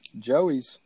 Joeys